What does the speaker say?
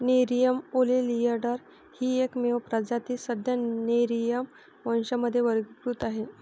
Nerium oleander ही एकमेव प्रजाती सध्या नेरिअम वंशामध्ये वर्गीकृत आहे